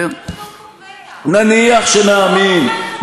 נניח שנאמין.